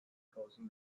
causing